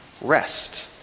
rest